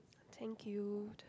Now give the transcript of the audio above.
thank you